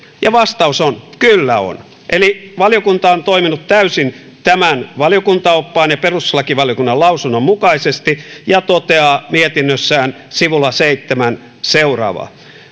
ja vastaus on kyllä on eli valiokunta on toiminut täysin tämän valiokuntaoppaan ja perustuslakivaliokunnan lausunnon mukaisesti ja toteaa mietinnössään sivulla seitsemän seuraavaa